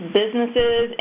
businesses